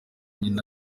nyina